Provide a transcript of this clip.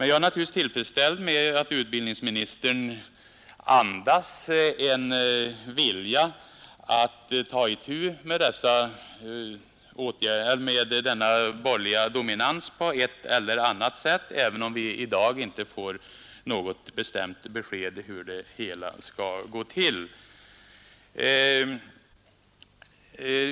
Jag är tilltredsställd över att utbildningsministerns svar andas vilja att ta itu med denna borgerliga dominans på ett eller annat sätt, även om vi i dag inte får något bestämt besked om hur det skall gå till.